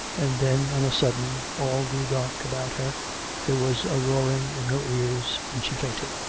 and then, on a sudden, all grew dark about her there was a roaring in her ears, and she fainted.